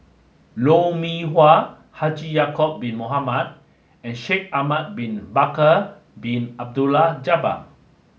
Lou Mee Wah Haji Ya'acob bin Mohamed and Shaikh Ahmad bin Bakar Bin Abdullah Jabbar